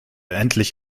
endlich